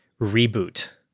reboot